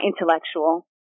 intellectual